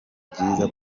byiza